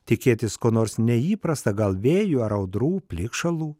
tikėtis ko nors neįprasta gal vėjų ar audrų plikšalų